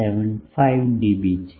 75 dB છે